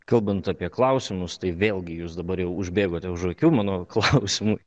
kalbant apie klausimus tai vėlgi jūs dabar jau užbėgote už akių mano klausimui